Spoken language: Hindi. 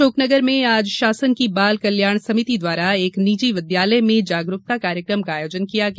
अशोकनगर में आज शासन की बाल कल्याण समिति द्वारा एक निजी विद्यालय में जागरूकता कार्यक्रम का आयोजन किया गया